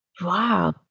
wow